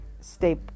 stay